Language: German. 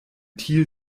thiel